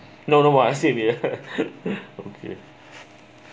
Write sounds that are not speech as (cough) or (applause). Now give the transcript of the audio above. no no what I say we're (laughs) okay